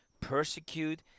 persecute